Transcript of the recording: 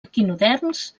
equinoderms